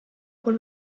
kui